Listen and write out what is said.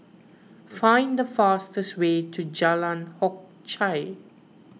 find the fastest way to Jalan Hock Chye